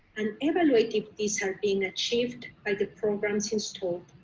and evaluate if these are being achieved by the programs installed.